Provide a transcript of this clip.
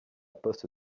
poste